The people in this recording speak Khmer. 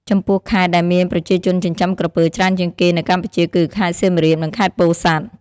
ចំពោះខេត្តដែលមានប្រជាជនចិញ្ចឹមក្រពើច្រើនជាងគេនៅកម្ពុជាគឺ ខេត្តសៀមរាប និង ខេត្តពោធិ៍សាត់។